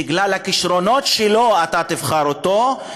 בגלל הכישרונות שלו תבחר אותו,